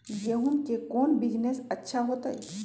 गेंहू के कौन बिजनेस अच्छा होतई?